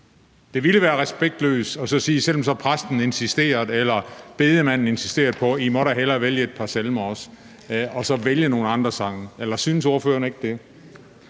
det ville være respektløst, selv om præsten eller bedemanden insisterede på, at vi da hellere måtte vælge et par salmer også, så at vælge nogle andre sange. Eller synes ordføreren ikke det?